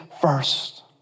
first